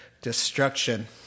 destruction